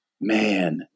man